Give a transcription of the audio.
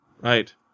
Right